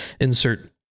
insert